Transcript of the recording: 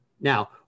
Now